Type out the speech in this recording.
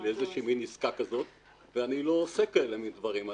לאיזושהי עסקה כזאת ואני לא עושה כאלה דברים.